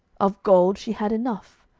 of gold she had enough.